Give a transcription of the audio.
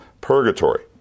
purgatory